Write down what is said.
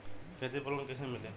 खेती पर लोन कईसे मिली?